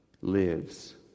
lives